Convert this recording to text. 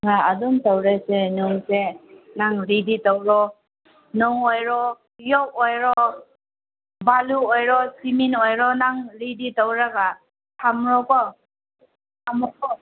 ꯑꯥ ꯑꯗꯨꯝ ꯇꯧꯔꯁꯦ ꯅꯣꯡꯁꯦ ꯅꯪ ꯔꯦꯗꯤ ꯇꯧꯔꯣ ꯅꯨꯡ ꯑꯣꯏꯔꯣ ꯌꯣꯠ ꯑꯣꯏꯔꯣ ꯕꯥꯂꯨ ꯑꯣꯏꯔꯣ ꯁꯤꯃꯦꯟ ꯑꯣꯏꯔꯣ ꯅꯪ ꯔꯦꯗꯤ ꯇꯧꯔꯒ ꯊꯝꯂꯣꯀꯣ ꯊꯝꯃꯨꯀꯣ